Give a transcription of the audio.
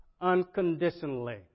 unconditionally